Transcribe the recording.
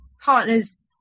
partner's